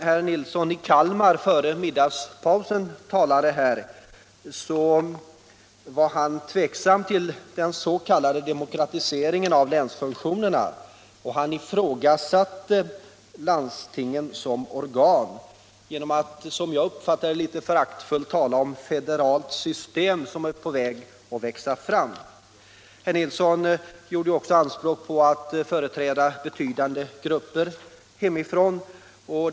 Herr Nilsson i Kalmar var i sitt anförande före middagspausen tveksam till demokratiseringen av länsfunktionerna och ifrågasatte landstingen som organ genom att, som jag uppfattade det, litet föraktfullt tala om att ett federalt system är på väg att växa fram. Herr Nilsson gjorde också anspråk på att företräda betydande grupper i sitt hemlän.